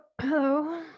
hello